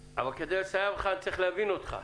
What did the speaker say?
אבל כדי לסייע בידך אני צריך להבין אותך.